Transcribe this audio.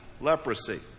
leprosy